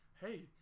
hey